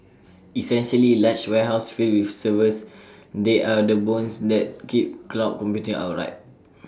essentially large warehouses filled with servers they are the bones that keep cloud computing upright